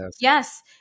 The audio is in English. Yes